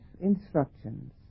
instructions